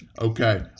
Okay